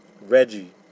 Reggie